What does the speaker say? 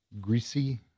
Greasy